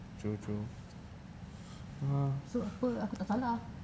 so apa aku tak salah